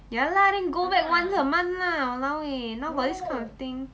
ya lah then go back once a month lah !walao! eh now got this kind of thing